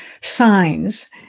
signs